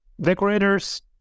decorators